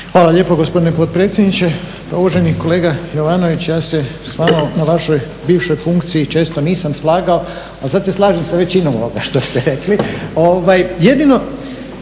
Hvala lijepo gospodine predsjedniče. Pa uvaženi kolega Jovanović, ja se s vama na vašoj bivšoj funkciji često nisam slagao, a sad se slažem sa većinom ovoga što ste rekli.